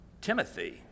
Timothy